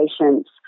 patients